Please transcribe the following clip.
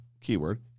keyword